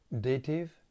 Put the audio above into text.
dative